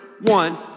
One